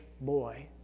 boy